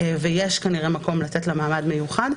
ויש כנראה מקום לתת לה מעמד מיוחד,